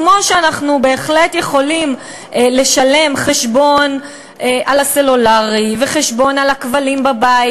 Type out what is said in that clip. כמו שאנחנו בהחלט יכולים לשלם את חשבון הסלולרי וחשבון הכבלים בבית,